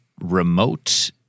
remote